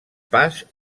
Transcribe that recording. pas